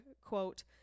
quote